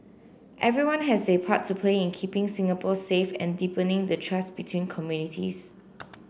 everyone has a part to play in keeping Singapore safe and deepening the trust between communities